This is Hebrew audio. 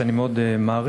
שאני מאוד מעריך,